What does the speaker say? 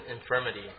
infirmity